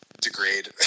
degrade